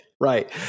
right